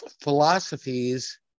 philosophies